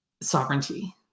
sovereignty